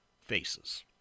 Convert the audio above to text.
faces